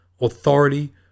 authority